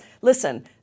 listen